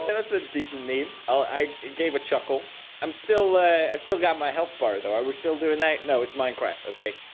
and that's a decent mean i gave a chuckle i'm still ah i still got my health bar though, i we're still doing that no, it's minecraft. ok,